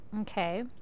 okay